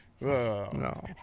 No